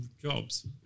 jobs